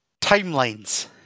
Timelines